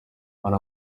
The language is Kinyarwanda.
hari